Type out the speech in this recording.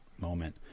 moment